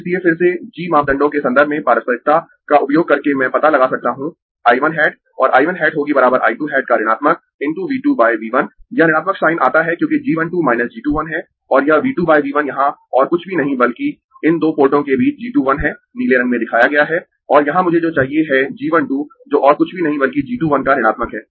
इसलिए फिर से g मापदंडों के संदर्भ में पारस्परिकता का उपयोग करके मैं पता लगा सकता हूं I 1 हैट और I 1 हैट होगी I 2 हैट का ऋणात्मक × V 2 V 1 यह ऋणात्मक साइन आता है क्योंकि g 1 2 g 2 1 है और यह V 2 V 1 यहाँ और कुछ भी नहीं बल्कि इन दो पोर्टों के बीच g 2 1 है नीले रंग में दिखाया गया है और यहाँ मुझे जो चाहिए है g 1 2 जो और कुछ भी नहीं बल्कि g 2 1 का ऋणात्मक है